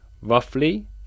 roughly